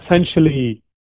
essentially